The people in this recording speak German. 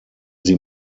sie